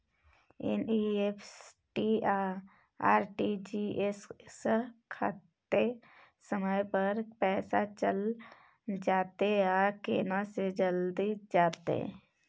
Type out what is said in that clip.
NEFT आ RTGS स कत्ते समय म पैसा चैल जेतै आ केना से जल्दी जेतै?